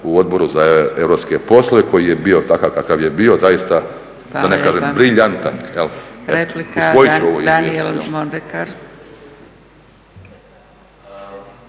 u Odboru za europske poslove koji je bio takav kakav je bio zaista da ne kažem briljantan. Uvojit ćemo izvješće.